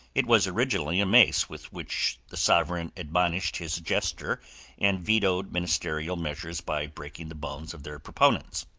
it was originally a mace with which the sovereign admonished his jester and vetoed ministerial measures by breaking the bones of their proponents.